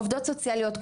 עובדות סוציאליות,